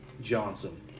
Johnson